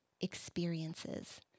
experiences